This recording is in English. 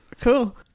cool